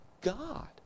God